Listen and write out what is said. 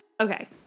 okay